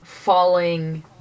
Falling